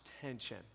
tension